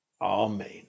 Amen